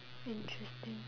interesting